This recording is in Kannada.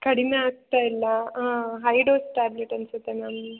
ಕಡಿಮೆ ಆಗ್ತಾಯಿಲ್ಲ ಆಂ ಹೈ ಡೋಸ್ ಟ್ಯಾಬ್ಲೆಟ್ ಅನ್ನಿಸುತ್ತೆ ಮ್ಯಾಮ್